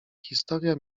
historia